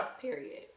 Period